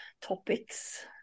topics